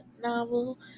novel